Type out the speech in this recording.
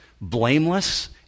blameless